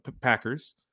Packers